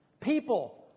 People